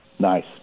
Nice